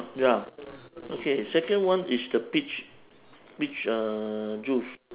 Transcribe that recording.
ya okay second one is the peach peach uh juice